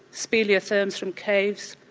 speleotherms from caves,